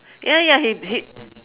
ya ya he he